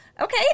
Okay